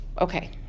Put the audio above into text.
Okay